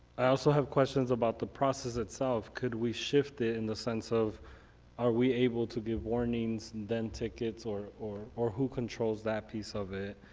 i also have questions about the process itself. could we shift it in the sense of are we able to give warnings, then tickets, or or who controls that piece of it.